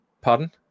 Pardon